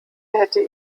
hätte